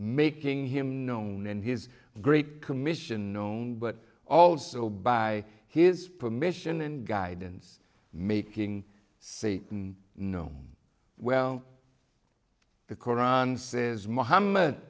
making him known and his great commission known but also by his permission and guidance making say no well the koran says mohammed